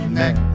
neck